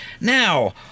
Now